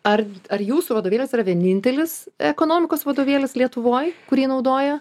ar ar jūsų vadovėlis yra vienintelis ekonomikos vadovėlis lietuvoj kurį naudoja